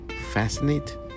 fascinate